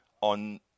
on